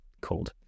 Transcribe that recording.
cold